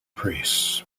press